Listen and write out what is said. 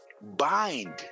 bind